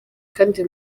kandi